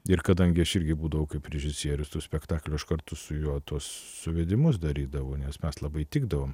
ir kadangi aš irgi būdavau kaip režisierius su spektaklio aš kartu su juo tuos suvedimus darydavau nes mes labai tikdavom